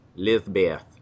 Lizbeth